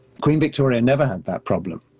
queen victoria never had that problem,